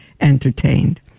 entertained